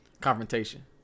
confrontation